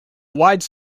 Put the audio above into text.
wide